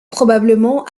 probablement